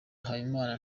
habimana